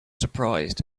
surprised